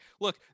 Look